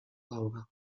laura